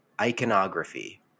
iconography